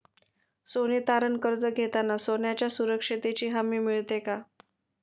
सोने तारण कर्ज घेताना सोन्याच्या सुरक्षेची हमी मिळते का?